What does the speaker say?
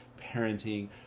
parenting